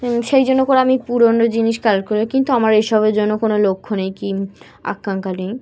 সেই জন্য করে আমি পুরোনো জিনিস ক্যালেক্ট করি কিন্তু আমার এইসবের জন্য কোনো লক্ষ্য নেই কি আকাঙ্ক্ষা নেই